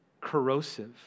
corrosive